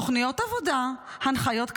תוכניות עבודה, הנחיות כלליות"